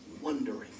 wondering